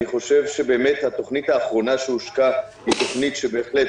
אני חושב שבאמת התוכנית האחרונה שהושקה היא תוכנית שבהחלט,